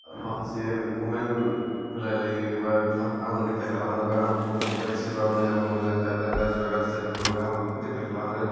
माखासे खमेन्ट होलाय लायो बा आंबो रिप्लाय खालामो बा आंखौबो सोरबा मोजांबा मोजां जादों होनहरो गारजिबा गारजि जादों होनहरो आंबो बेखौ रिप्लाय खालामो